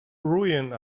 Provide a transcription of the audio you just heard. ruin